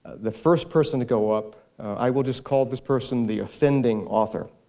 the first person to go up i will just call this person the offending author.